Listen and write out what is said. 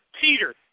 Peter